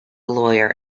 lawyer